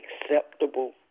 acceptable